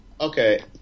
Okay